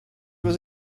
was